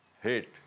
hate